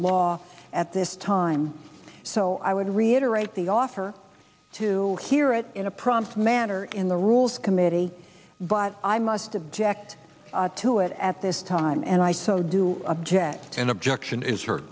law at this time so i would reiterate the offer to hear it in a prompt manner in the rules committee but i must object to it at this time and i so do object an objection is he